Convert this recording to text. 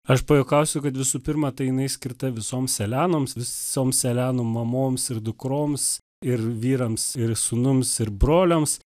aš pajuokausiu kad visų pirma tai jinai skirta visoms elenoms visoms elenų mamoms ir dukroms ir vyrams ir sūnums ir broliams